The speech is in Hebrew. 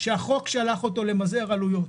שהחוק שלח אותו למזער עלויות.